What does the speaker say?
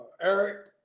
Eric